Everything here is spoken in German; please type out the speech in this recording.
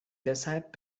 deshalb